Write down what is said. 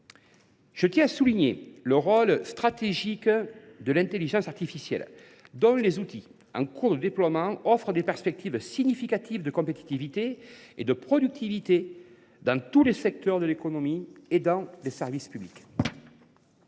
occasion, à souligner le rôle stratégique de l’intelligence artificielle, dont les outils en cours de déploiement offrent des perspectives significatives de compétitivité et de productivité dans tous les secteurs de l’économie comme dans les services publics.